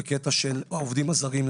למשל בקטע של העובדים הזרים,